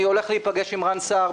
אני הולך להיפגש עם רן סער,